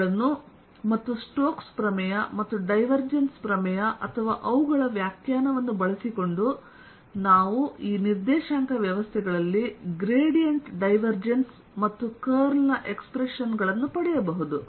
ಇವುಗಳನ್ನು ಮತ್ತು Stokes Stoke's ಪ್ರಮೇಯ ಮತ್ತು ಡೈವರ್ಜೆನ್ಸ್ ಪ್ರಮೇಯ ಅಥವಾ ಅವುಗಳ ವ್ಯಾಖ್ಯಾನವನ್ನು ಬಳಸಿಕೊಂಡು ನಾವು ಈ ನಿರ್ದೇಶಾಂಕ ವ್ಯವಸ್ಥೆಗಳಲ್ಲಿ ಗ್ರೇಡಿಯಂಟ್ ಡೈವರ್ಜೆನ್ಸ್ ಮತ್ತು ಕರ್ಲ್ ನಎಕ್ಸ್ಪ್ರೆಶನ್ ಗಳನ್ನು ಪಡೆಯಬಹುದು